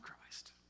Christ